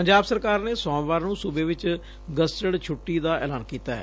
ਪੰਜਾਬ ਸਰਕਾਰ ਨੇ ਸੋਮਵਾਰ ਨੂੰ ਸੂਬੇ ਚ ਗਜ਼ਟਿਡ ਛੁੱਟੀ ਦਾ ਐਲਾਨ ਕੀਤੈ